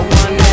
one